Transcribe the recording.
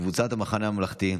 קבוצת סיעת המחנה הממלכתי,